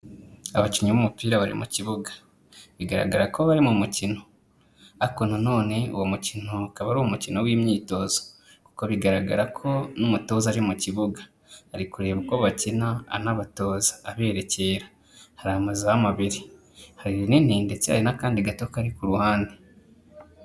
Abakinnyi b'umupira bari mu kibuga, bigaragara ko bari mu mukino, ariko nanone uwo mukino akaba ari umukino w'imyitozo kuko bigaragara ko n'umutoza ari mu kibuga, ari kureba uko bakina anabatoza abererekera, hari amazamu abiri hari irinini ndetse n'akandi gato kari ku ruhande.